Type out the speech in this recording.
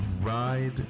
ride